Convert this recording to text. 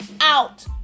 out